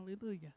Hallelujah